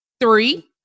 Three